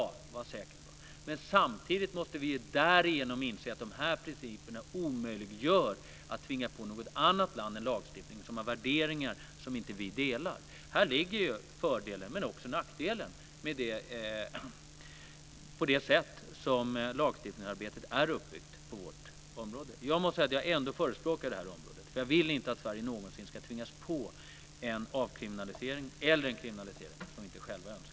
Vad bra! Samtidigt måste vi därigenom inse att de här principerna omöjliggör att vi tvingar på något annat land som har värderingar som inte vi delar en lagstiftning. Här ligger fördelen men också nackdelen med det sätt som lagstiftningsarbetet är uppbyggt på inom vårt område. Jag måste säga att jag ändå förespråkar det här sättet, för jag vill inte att Sverige någonsin ska påtvingas en avkriminalisering eller en kriminalisering som vi inte själva önskar.